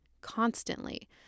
constantly